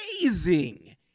amazing